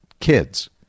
kids